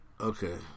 Okay